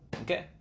Okay